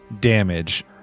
damage